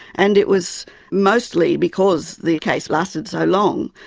and it was mostly because the case lasted so long.